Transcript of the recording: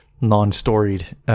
non-storied